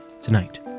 tonight